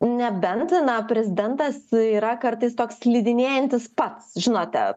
nebent na prezidentas yra kartais toks slidinėjantis pats žinote